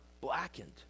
blackened